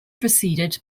preceded